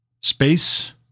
space